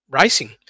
racing